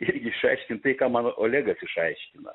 irgi išaiškint tai ką man olegas išaiškina